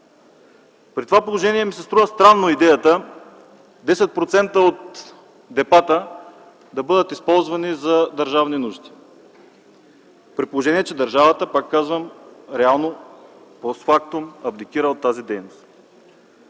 При това положение ми се струва странна идеята – 10% от депата да бъдат използвани за държавни нужди, при положение, че държавата, повтарям, постфактум абдикира от тази дейност.